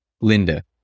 Linda